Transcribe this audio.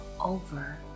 over